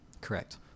correct